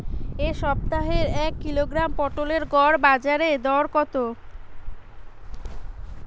এ সপ্তাহের এক কিলোগ্রাম পটলের গড় বাজারে দর কত?